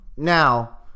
Now